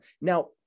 Now